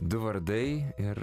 du vardai ir